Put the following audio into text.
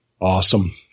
awesome